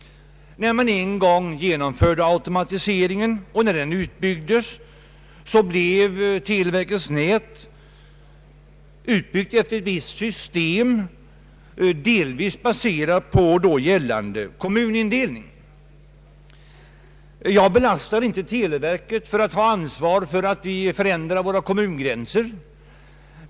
När man genomförde automatiseringen blev televerkets nät utbyggt efter ett visst system, delvis baserat på då gällande kommunindelning. Jag ger inte televerket ansvaret för att vi ändrar våra kommungränser.